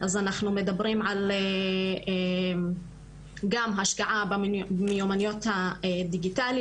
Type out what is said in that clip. אז אנחנו מדברים גם על השקעה במיומנויות הדיגיטליות.